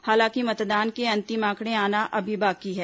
हालांकि मतदान के अंतिम आंकड़े आना अभी बाकी है